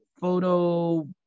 photo